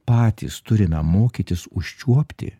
patys turime mokytis užčiuopti